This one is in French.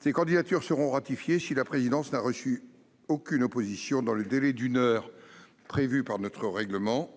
Ces candidatures seront ratifiées si la présidence n'a pas reçu d'opposition dans le délai d'une heure prévu par notre règlement.